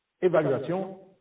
Évaluation